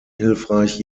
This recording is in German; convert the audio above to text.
hilfreich